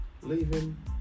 leaving